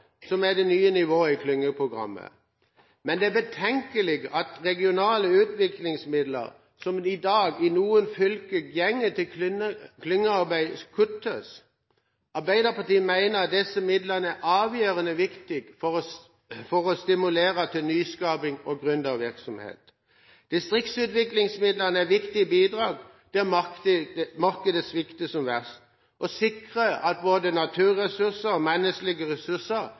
som er det nye nivået i klyngeprogrammet. Men det er betenkelig at regionale utviklingsmidler, som i noen fylker i dag går til klyngearbeid, kuttes. Arbeiderpartiet mener at disse midlene er avgjørende viktig for å stimulere til nyskaping og gründervirksomhet. Distriktsutviklingsmidlene er viktige bidrag der markedet svikter som verst, og sikrer at både naturressurser og menneskelige ressurser